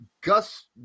Gus